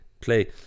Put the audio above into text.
play